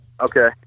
Okay